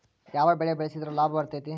ಯಾವ ಬೆಳಿ ಬೆಳ್ಸಿದ್ರ ಲಾಭ ಬರತೇತಿ?